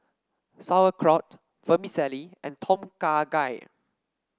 Sauerkraut Vermicelli and Tom Kha Gai